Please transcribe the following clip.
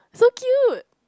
so cute